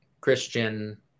Christian